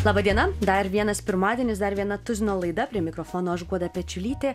laba diena dar vienas pirmadienis dar viena tuzino laida prie mikrofono aš guoda pečiulytė